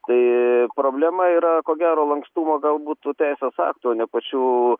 tai problema yra ko gero lankstumo gal būt tų teisės aktų o ne pačių